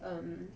um